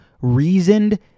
reasoned